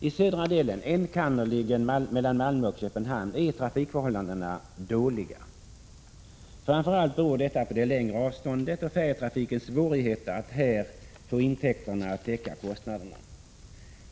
I södra delen, enkannerligen mellan Malmö och Köpenhamn, är trafikförhållandena dåliga. Framför allt beror detta på det längre avståndet och färjetrafikens svårigheter att här få intäkterna att täcka kostnaderna.